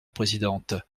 présidente